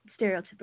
stereotypical